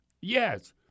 Yes